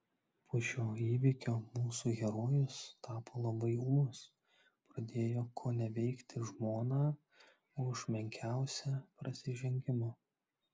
po šio įvykio mūsų herojus tapo labai ūmus pradėjo koneveikti žmoną už menkiausią prasižengimą